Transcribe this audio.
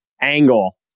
angle